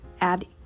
Add